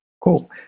Cool